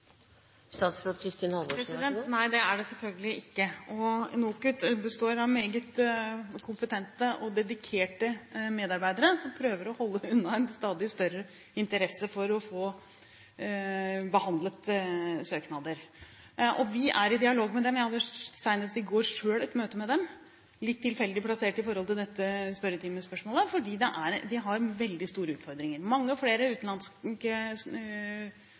Nei, det er det selvfølgelig ikke, og NOKUT består av meget kompetente og dedikerte medarbeidere som prøver å «holde unna» på grunn av en stadig større interesse for å få behandlet søknader. Vi er i dialog med dem. Jeg hadde senest i går selv et møte med dem – litt tilfeldig plassert i forhold til dette spørretimespørsmålet – fordi de har veldig store utfordringer: mange og flere utenlandske